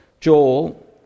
Joel